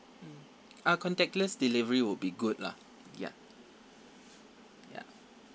mm ah contactless delivery would be good lah ya ya